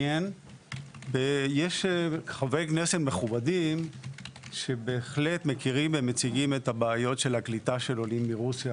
יש חברי כנסת מכובדים שבהחלט מכירים ומציגים את בעיות הקליטה מרוסיה,